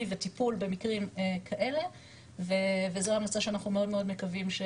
וטיפול במקרים כאלה וזו המלצה שאנחנו מאוד מקווים.